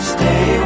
Stay